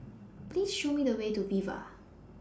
Please Show Me The Way to Viva